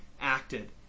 acted